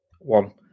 One